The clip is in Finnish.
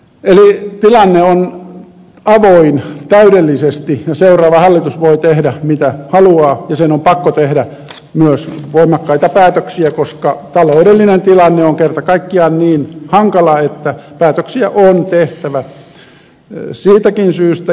tilanne on avoin täydellisesti ja seuraava hallitus voi tehdä mitä haluaa ja sen on pakko tehdä myös voimakkaita päätöksiä koska taloudellinen tilanne on kerta kaikkiaan niin hankala että päätöksiä on tehtävä siitäkin syystä